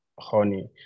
honey